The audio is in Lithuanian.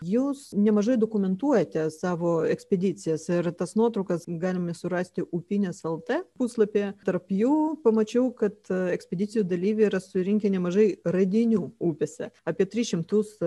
jūs nemažai dokumentuojate savo ekspedicijas ir tas nuotraukas galime surasti upynės el t puslapyje tarp jų pamačiau kad ekspedicijų dalyviai yra surinkę nemažai radinių upėse apie tris šimtus